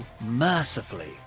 mercifully